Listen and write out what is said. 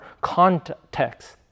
context